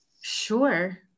sure